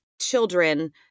children